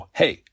hey